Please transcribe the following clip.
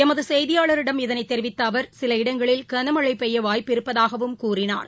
எமது செய்தியாளரிடம் இதனைத் தெரிவித்த அவர் சில இடங்களில் கனமழை பெய்ய வாய்ப்பு இருப்பதாகவும் கூறினார்